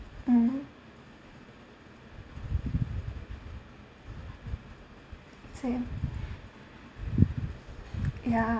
mm same ya